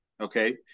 okay